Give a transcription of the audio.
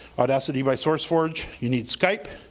audacity by sourceforge. you need skype,